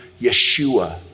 yeshua